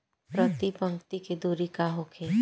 प्रति पंक्ति के दूरी का होखे?